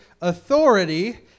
authority